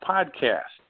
Podcast